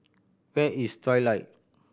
where is Trilight